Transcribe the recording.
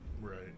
Right